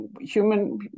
human